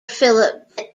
philip